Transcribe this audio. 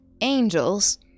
angels